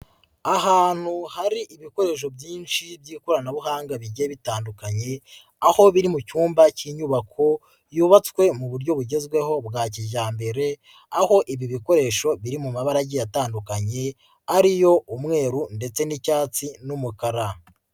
Ahantu hari ibikoresho byinshi by'ikoranabuhanga bigiye bitandukanye aho biri mu cyumba k'inyubako yubatswe mu buryo bugezweho bwa kijyambere aho ibi bikoresho biri mu mabara agiye atandukanye ari yo umweru ndetse n'icyatsi n'umukara.